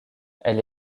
elle